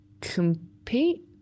compete